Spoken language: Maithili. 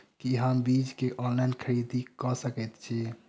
की हम बीज केँ ऑनलाइन खरीदै सकैत छी?